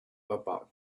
about